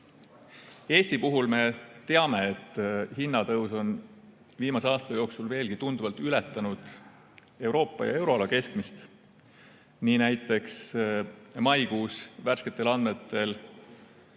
Eesti puhul me aga teame, et hinnatõus on viimase aasta jooksul tunduvalt ületanud Euroopa ja euroala keskmist. Näiteks maikuus oli värsketel andmetel